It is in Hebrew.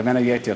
בין היתר.